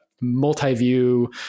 multi-view